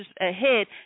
ahead